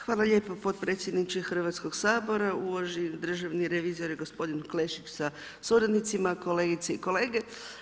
Hvala lijepa potpredsjedniče Hrvatskoga sabora, uvaženi državni revizore gospodin Klešić sa suradnicima, kolegice i kolege.